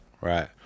Right